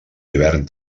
hivern